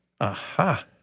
aha